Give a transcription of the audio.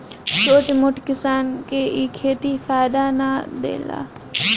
छोट मोट किसान के इ खेती फायदा ना देला